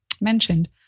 mentioned